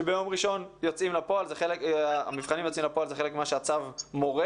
שביום ראשון המבחנים יוצאים לפועל כאשר זה חלק ממה שמורה הצו.